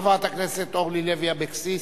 חברת הכנסת אורלי לוי אבקסיס.